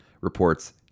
reports